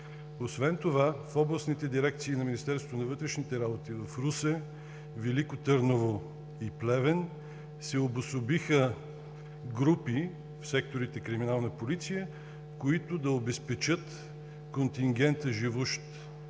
Освен това в областните дирекции на МВР в Русе, във Велико Търново и в Плевен се обособиха групи, в секторите „Криминална полиция“, които да обезпечат контингента, живущ